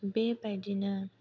बेबायदिनो